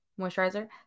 moisturizer